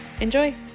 Enjoy